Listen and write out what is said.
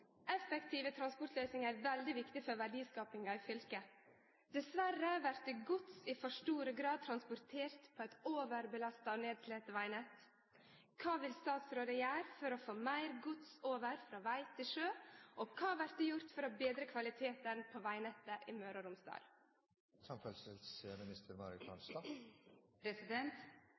Effektive transportløysingar er svært viktig for verdiskapinga i fylket. Dessverre vert gods i for stor grad transportert på eit overbelasta og nedslite vegnett. Kva vil statsråden gjere for å få meir gods over frå veg til sjø, og kva vert gjort for å betre kvaliteten på vegnettet i Møre og Romsdal?»